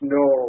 no